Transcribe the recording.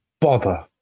bother